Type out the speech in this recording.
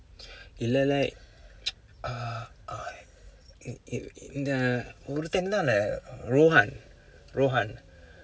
இல்லை:illai like uh I இந்த ஒருத்தன் தான்:indtha oruththan thaan rohan rohan